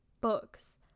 books